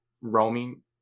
roaming